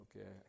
Okay